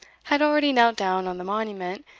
had already knelt down on the monument,